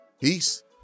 Peace